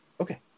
Okay